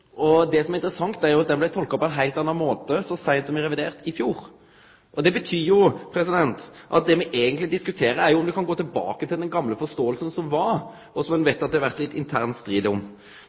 og korleis den loven blir tolka. Og det som er interessant, er at han blei tolka på ein heilt annan måte så seint som i revidert i fjor. Det betyr jo at det me eigentleg diskuterer, er om me kan gå tilbake til den gamle forståinga som var, og som ein veit at det har vore litt intern strid om. For kva er det me snakkar om?